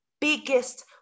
biggest